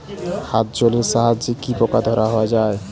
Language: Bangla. হাত জলের সাহায্যে কি পোকা ধরা যায়?